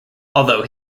although